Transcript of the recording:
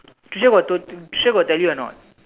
Tricia got told Tricia got tell you or not